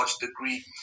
degree